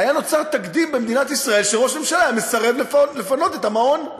היה נוצר תקדים במדינת ישראל שראש ממשלה היה מסרב לפנות את המעון,